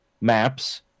maps